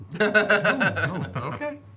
okay